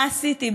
מה עשיתי?